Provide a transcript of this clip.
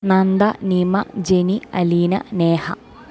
Nanda Nima Jenny Aleena Neha